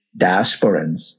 diasporans